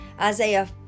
Isaiah